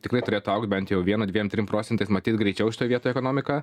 tikrai turėtų augt bent jau vienu dviem trim procentais matyt greičiau šitoj vietoj ekonomika